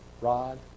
rod